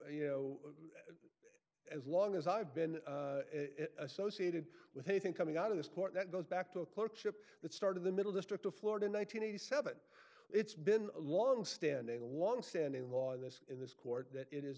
you know as long as i've been associated with anything coming out of this court that goes back to a clerkship that started the middle district of florida nine hundred and eighty seven it's been a longstanding longstanding law in this in this court that it is